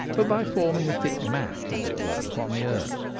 but by forming a thick mat, as it were, upon the earth.